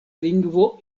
lingvo